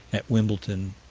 at wimbledon,